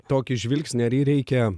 tokį žvilgsnį ar jį reikia